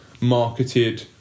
marketed